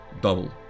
double